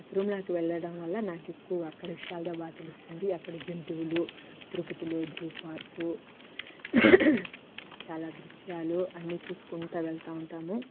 తిరుమలాకి వెళ్లడంవల్ల నాకెక్కువ అక్కడ విషయాలదా బాగా తెలుస్తుంది అక్కడ జంతువులు తిరుపతిలో జూ పార్కు చాలా దృశ్యాలు అన్నీ చూసుకుంటా వెళ్తావుంటాము